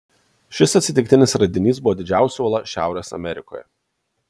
šis atsitiktinis radinys buvo didžiausia uola šiaurės amerikoje